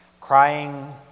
Crying